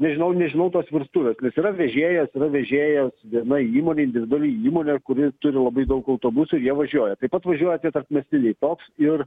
nežinau nežinau tos virtuvės nes yra vežėjas yra vežėjas viena įmonė individuali įmonė kuri turi labai daug autobusų jie važiuoja taip pat važiuoja tie tarpmiestiniai toks ir